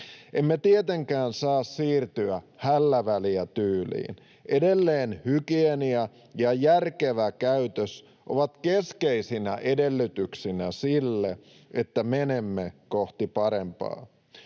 Emme tietenkään saa siirtyä hällä väliä -tyyliin. Edelleen hygienia ja järkevä käytös ovat keskeisinä edellytyksinä sille, että menemme kohti parempaa.